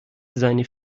seine